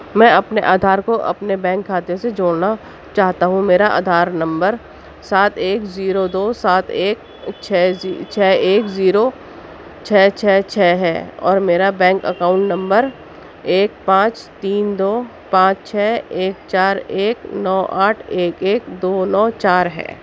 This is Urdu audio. میں اپنے آدھار کو اپنے بینک کھاتے سے جوڑنا چاہتا ہوں میرا آدھار نمبر سات ایک زیرو دو سات ایک چھ چھ ایک زیرو چھ چھ چھ ہے اور میرا بینک اکاؤنٹ نمبر ایک پانچ تین دو پانچ چھ ایک چار ایک نو آٹھ ایک ایک دو نو چار ہے